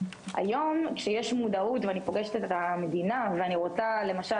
היום כשיש מודעות ואני פוגשת את זה במדינה ואני רוצה למשל,